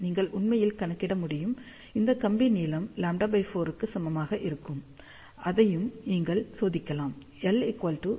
நீங்கள் உண்மையில் கணக்கிட முடியும் இந்த கம்பி நீளம் λ4 க்கு சமமாக இருக்கும் அதையும் நீங்கள் சோதிக்கலாம்